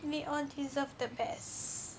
we all deserve the best